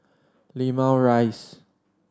Limau Rise